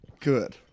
Good